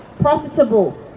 profitable